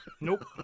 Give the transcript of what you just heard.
Nope